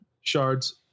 Shards